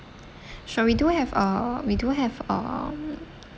sure we do have uh we do have uh